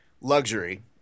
luxury